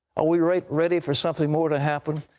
are we ready ready for something more to happen?